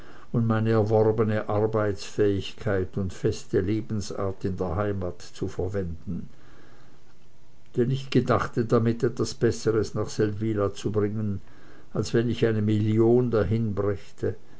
und meine erworbene arbeitsfähigkeit und feste lebensart in der heimat zu verwenden denn ich gedachte damit etwas besseres nach seldwyla zu bringen als wenn ich eine million